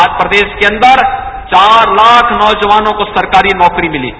आज प्रदेश के अंदर चार लाख नौजवानों को सरकारी नौकरी मिली है